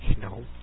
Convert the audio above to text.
No